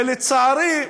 ולצערי,